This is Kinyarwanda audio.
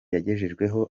yagejejweho